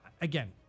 Again